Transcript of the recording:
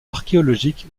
archéologique